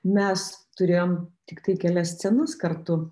mes turėjom tiktai kelias scenas kartu